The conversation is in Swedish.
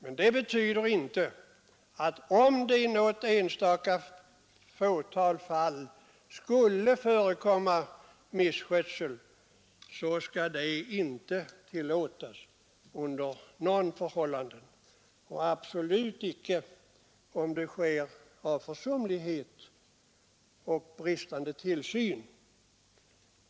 Det betyder emellertid inte att den misskötsel som i några få fall kan förekomma under några förhållanden skall tillåtas — och absolut icke om misskötseln beror på försumlighet och bristande tillsyn.